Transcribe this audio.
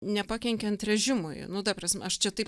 nepakenkiant režimui nu ta prasme aš čia taip